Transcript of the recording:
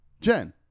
Jen